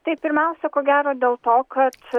tai pirmiausia ko gero dėl to kad